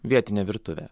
vietinė virtuvė